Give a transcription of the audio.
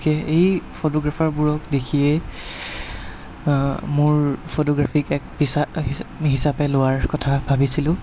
গতিকে এই ফটোগ্ৰাফাৰবোৰক দেখিয়েই মোৰ ফটোগ্ৰাফিক এক পেচা হিচাপে লোৱাৰ কথা ভাবিছিলোঁ